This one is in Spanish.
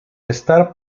estar